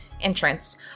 Entrance